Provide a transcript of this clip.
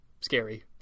scary